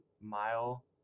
mile